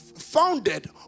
founded